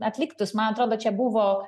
atliktus man atrodo čia buvo